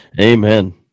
Amen